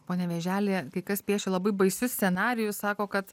pone vėželi kai kas piešia labai baisius scenarijus sako kad